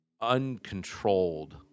uncontrolled